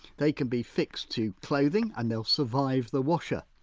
they can be fixed to clothing and they'll survive the washer.